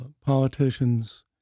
politicians